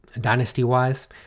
Dynasty-wise